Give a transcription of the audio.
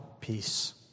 peace